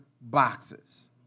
boxes